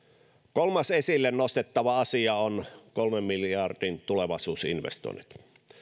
kolmas esille nostettava asia on kolmen miljardin tulevaisuusinvestoinnit